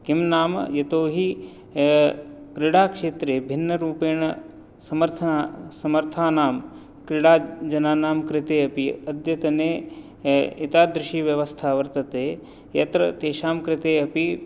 किं नाम यतोहि क्रीडाक्षेत्रे भिन्नरूपेण समर्थना समर्थानां क्रीडाजनानां कृते अपि अद्यतने एतादृशी व्यवस्था वर्तते यत्र तेषां कृते अपि